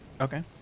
Okay